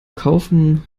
kaufen